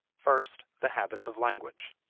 first, the habits of language.